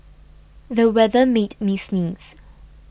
the weather made me sneeze